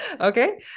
okay